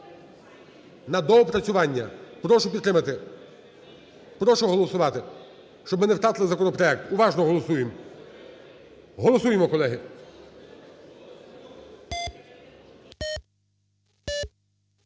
На доопрацювання. Прошу підтримати. Прошу голосувати, щоб ми не втратили законопроект. Уважно голосуєм. Голосуємо, колеги.